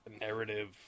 narrative